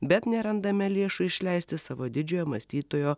bet nerandame lėšų išleisti savo didžiojo mąstytojo